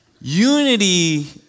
unity